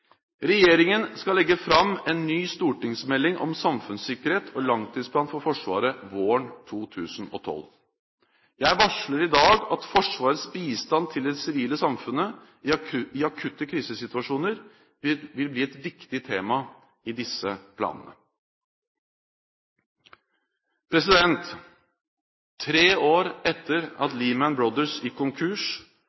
Regjeringen skal legge fram en ny stortingsmelding om samfunnssikkerhet og langtidsplan for Forsvaret våren 2012. Jeg varsler i dag at Forsvarets bistand til det sivile samfunnet i akutte krisesituasjoner vil bli et viktig tema i disse planene. Tre år etter at